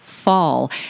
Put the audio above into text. fall